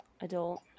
adult